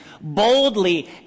boldly